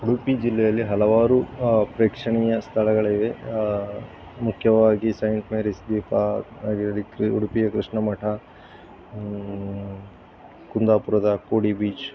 ಉಡುಪಿ ಜಿಲ್ಲೆಯಲ್ಲಿ ಹಲವಾರು ಪ್ರೇಕ್ಷಣೀಯ ಸ್ಥಳಗಳಿವೆ ಮುಖ್ಯವಾಗಿ ಸೈಂಟ್ ಮೇರೀಸ್ ದ್ವೀಪ ಉಡುಪಿಯ ಕೃಷ್ಣ ಮಠ ಕುಂದಾಪುರದ ಕೋಡಿ ಬೀಚ್